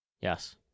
Yes